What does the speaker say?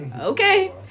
okay